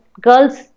girls